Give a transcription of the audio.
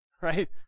Right